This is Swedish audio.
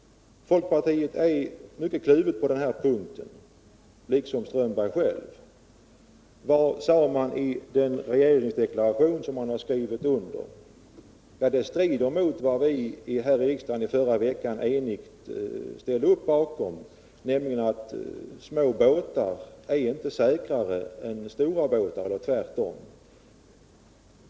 Folkpartiet är mycket kluvet på den här punkten, liksom herr Strömberg själv. Vad sade man i den regeringsdeklaration som folkpartiet har skrivit under? Det som står där strider mot vad vi här i riksdagen i förra veckan enigt ställde oss bakom, nämligen att små båtar inte är säkrare än stora båtar eller tvärtom.